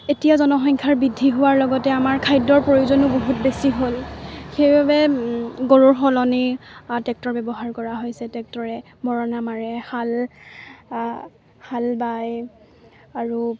এতিয়া জনসংখ্যাৰ বৃদ্ধি হোৱাৰ লগতে আমাৰ খাদ্যৰ প্ৰয়োজনো বহুত বেছি হ'ল সেইবাবে গৰুৰ সলনি ট্ৰেক্টৰ ব্যৱহাৰ কৰা হৈছে ট্ৰেক্টৰে মৰণা মাৰে হাল হাল বায় আৰু